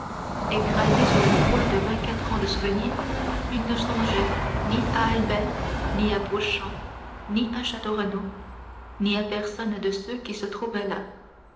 écrasé sous le poids de vingt-quatre ans de souvenirs il ne songeait ni à albert ni à beauchamp ni à château renaud ni à personne de ceux qui se trouvaient là